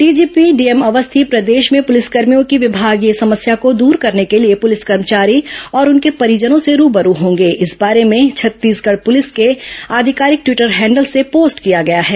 DGP DM Awasthi प्रदेश में police कर्मियों की विभागीय समस्या को दूर करने के लिए पुलिस कर्मचारी और उनके परिजनों से रूबरू होंगे ा इस बारे में छत्तीसगढ़ पुलिस के अधिकारिके टवीटर हैंडल से पोस्ट किया गया है